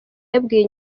yabwiye